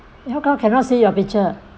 how come cannot see your picture